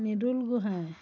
Nidul Gohain